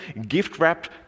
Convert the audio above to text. gift-wrapped